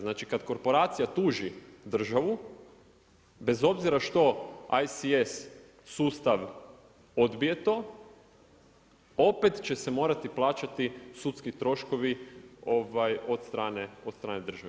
Znači, kad korporacija tuži državu bez obzira što ICS sustav odbije to opet će se morati plaćati sudski troškovi od strane države.